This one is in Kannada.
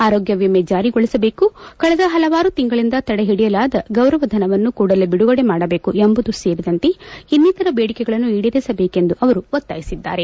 ಆರೋಗ್ಯ ವಿಮೆ ಜಾರಿಗೊಳಿಸಬೇಕು ಕಳೆದ ಪಲವಾರು ತಿಂಗಳಿಂದ ತಡೆಹಿಡಿಯಲಾದ ಗೌರವಧನವನ್ನು ಕೂಡಲೇ ಬಿಡುಗಡೆ ಮಾಡಬೇಕು ಎಂಬುದು ಸೇರಿದಂತೆ ಇನ್ನಿತರೆ ಬೇಡಿಕೆಗಳನ್ನು ಈಡೇರಿಸಬೇಕೆಂದು ಅವರು ಒತ್ತಾಯಿಸಿದ್ದಾರೆ